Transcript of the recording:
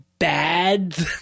bad